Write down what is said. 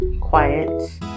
quiet